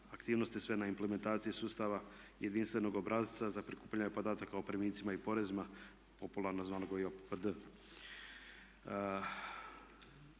aktivnosti sve na implementaciji sustava jedinstvenog obrasca za prikupljanje podataka o primicima i porezima popularno zvanog JOPD.